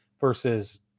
versus